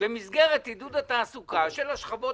במסגרת עידוד התעסוקה של השכבות